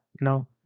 No